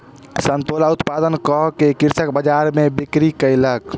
संतोला उत्पादन कअ के कृषक बजार में बिक्री कयलक